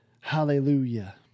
Hallelujah